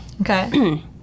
Okay